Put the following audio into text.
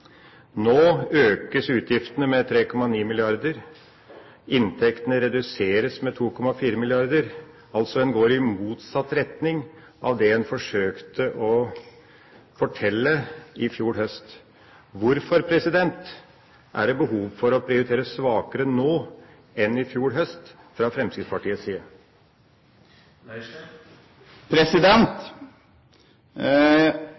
Nå økes utgiftene med 3,9 mrd. kr, inntektene reduseres med 2,4 mrd. kr, altså går de i motsatt retning av det de forsøkte å fortelle i fjor høst. Hvorfor er det fra Fremskrittspartiets side behov for å prioritere svakere nå enn i fjor høst?